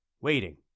waiting